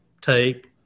tape